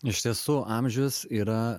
iš tiesų amžius yra